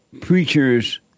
Preachers